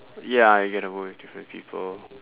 ya you get to work with different people